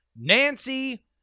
Nancy